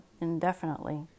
indefinitely